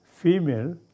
female